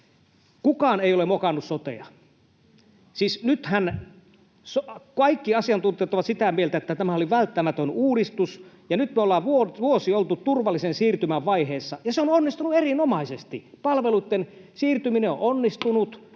kukaan ei ole mokannut sotea. Siis nythän kaikki asiantuntijat ovat sitä mieltä, että tämä oli välttämätön uudistus. Nyt me ollaan vuosi oltu turvallisen siirtymän vaiheessa, ja se on onnistunut erinomaisesti. Palveluitten siirtyminen on onnistunut,